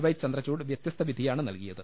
Y Chandrachud വൃത്യസ്ത വിധിയാണ് നൽകിയത്